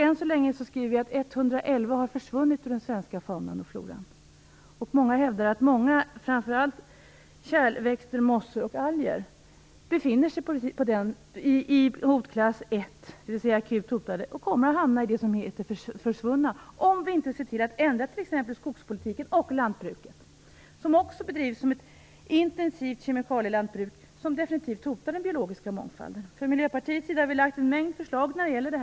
Än så länge har Många hävdar att framför allt många kärlväxter, mossor och alger befinner sig i hotklass 1, dvs. akut hotade, och kommer att hamna bland de försvunna om vi inte ändrar skogspolitiken och lantbruket. Lantbruket bedrivs ju som ett intensivt kemikalielantbruk som definitivt hotar den biologiska mångfalden. Vi i Miljöpartiet har lagt fram en mängd förslag om detta.